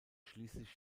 schließlich